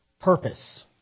purpose